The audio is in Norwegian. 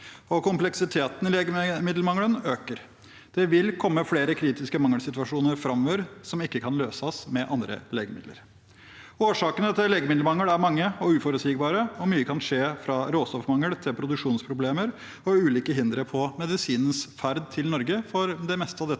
Kompleksiteten i legemiddelmangelen øker. Det vil komme flere kritiske mangelsituasjoner framover som ikke kan løses med andre legemidler. Årsakene til legemiddelmangel er mange og uforutsigbare. Mye kan skje, fra råstoffmangel til produksjonsproblemer og ulike hindre på medisinens ferd til Norge, for det meste av dette